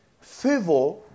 favor